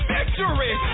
Victory